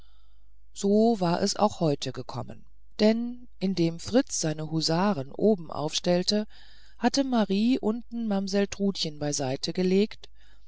so war es auch heute gekommen denn indem fritz seine husaren oben aufgestellt hatte marie unten mamsell trutchen beiseite gelegt